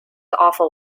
awful